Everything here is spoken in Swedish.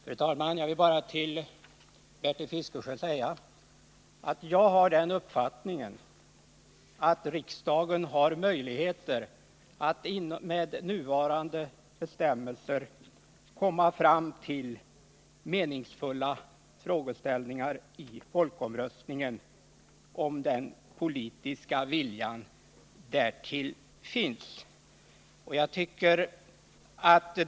Fru talman! Jag vill bara säga till Bertil Fiskesjö att jag har den uppfattningen att riksdagen med nuvarande bestämmelser kan komma fram till meningsfulla frågeställningar när det gäller folkomröstning, om den politiska viljan därtill finns.